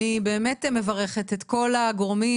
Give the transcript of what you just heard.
אני באמת מברכת את כל הגורמים,